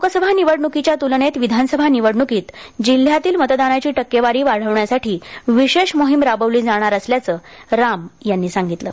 लोकसभा निवडणुकीच्या तुलनेत विधानसभा निवडणुकीत जिल्ह्यातील मतदानाची टक्केवारी वाढवण्यासाठी विशेष मोहीम राबवली जाणार असल्याचं राम यांनी सांगितलं